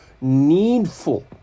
needful